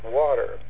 water